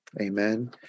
Amen